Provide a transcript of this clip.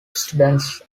students